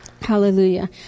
Hallelujah